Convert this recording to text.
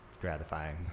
Gratifying